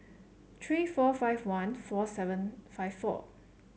three four five one four seven five four